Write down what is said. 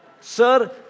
Sir